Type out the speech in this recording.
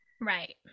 Right